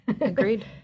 Agreed